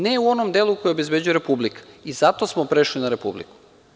Ne u onom delu koji obezbeđuje Republika i zato smo prešli na Republiku.